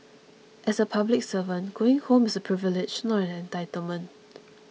as a public servant going home is a privilege not an entitlement